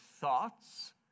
thoughts